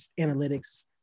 analytics